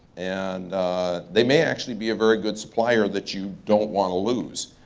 and they may actually be a very good supplier that you don't wanna lose.